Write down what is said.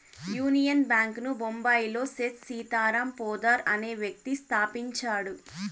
union bank ను బొంబాయిలో సేథ్ సీతారాం పోద్దార్ అనే వ్యక్తి స్థాపించాడు